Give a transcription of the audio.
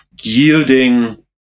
yielding